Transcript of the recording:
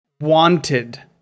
wanted